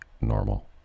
normal